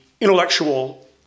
intellectual